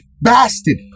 bastard